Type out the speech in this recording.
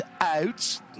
out